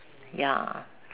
ya